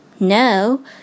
No